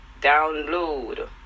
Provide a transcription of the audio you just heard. Download